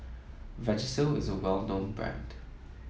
Vagisil is a well known brand